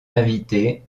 invité